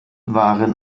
waren